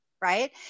Right